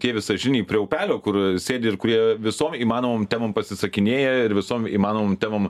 tie visažiniai prie upelio kur sėdi ir kurie visom įmanomom temom pasisakinėja ir visom įmanomom temom